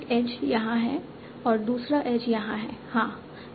तो एक एज यहाँ है और दूसरा एज यहाँ है हाँ